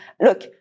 look